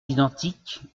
identiques